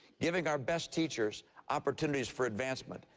giving our best teachers opportunities for advancement,